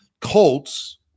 Colts